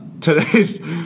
today's